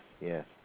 yes